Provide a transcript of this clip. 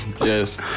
Yes